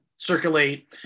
circulate